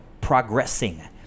progressing